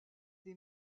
des